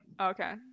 Okay